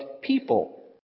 people